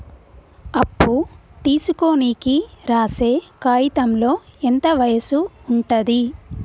అప్పు తీసుకోనికి రాసే కాయితంలో ఎంత వయసు ఉంటది?